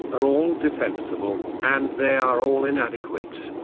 are all defensible, and they are all inadequate.